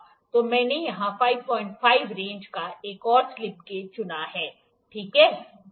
तो मैंने यहां 55 रेंज का एक और स्लिप गेज चुना है ठीक है